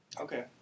Okay